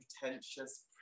pretentious